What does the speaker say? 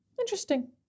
Interesting